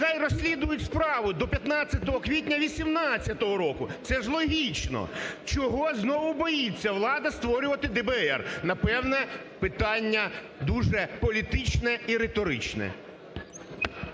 хай розслідують справу до 15 квітня 2018 року! Це ж логічно. Чого знову боїться влада створювати ДБР? Напевно, питання дуже політичне і риторичне.